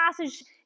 passage